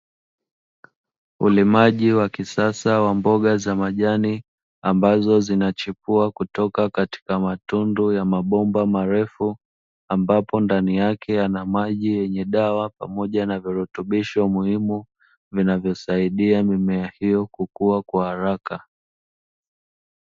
Ulimaji wa kisasa wa mboga za majani ambazo zinachipua kutoka katika matundu ya mabomba marefu, ambapo ndani yake yana maji yenye dawa pamoja na virutubisho muhimu vinavyosaidia mimea hiyo kukua kwa haraka.